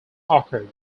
occurred